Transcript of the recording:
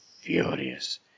furious